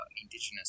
indigenous